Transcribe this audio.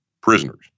prisoners